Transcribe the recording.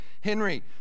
henry